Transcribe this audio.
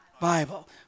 Bible